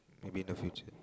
maybe in the future